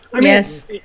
yes